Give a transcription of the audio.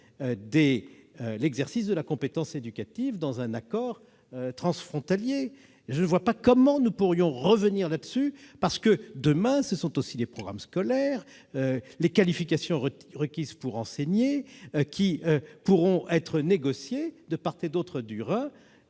l'exercice de la compétence éducative dans un accord transfrontalier. Je ne vois pas comment nous pourrions revenir sur ce point, parce que, demain, ce sont aussi les programmes scolaires, les qualifications requises pour enseigner qui pourront être négociés de part et d'autre du Rhin,